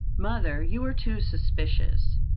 mother, you are too suspicious.